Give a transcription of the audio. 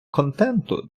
контенту